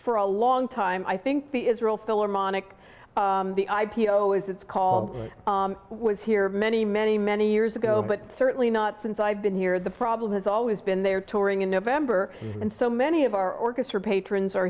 for a long time i think the israel filler monic the i p o as it's called was here many many many years ago but certainly not since i've been here the problem has always been they are touring in november and so many of our orchestra patrons are